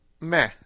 meh